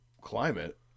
climate